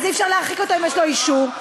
שיש לו אישור,